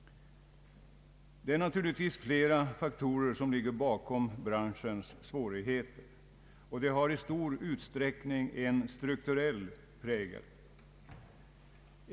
Det är naturligtvis flera faktorer som ligger bakom branschens svårigheter, och de har i stor utsträckning en strukturell prägel.